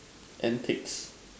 antiques